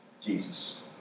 Jesus